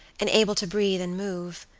and able to breathe and move.